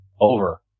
over